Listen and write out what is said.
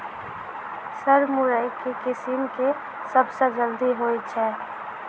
Sir मुरई केँ किसिम केँ सबसँ जल्दी होइ छै?